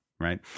right